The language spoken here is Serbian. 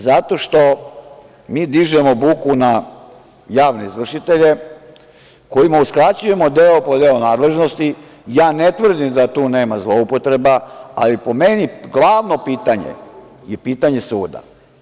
Zato što mi dižemo buku na javne izvršitelje kojima uskraćujemo deo po deo nadležnosti, ja ne tvrdim da tu nema zloupotreba, ali po meni glavno pitanje je pitanje suda.